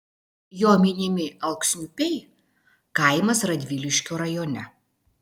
jo minimi alksniupiai kaimas radviliškio rajone